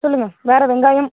சொல்லுங்க வேறு வெங்காயம்